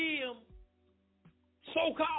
so-called